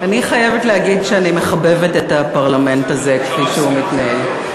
אני חייבת להגיד שאני מחבבת את הפרלמנט הזה כפי שהוא מתנהל,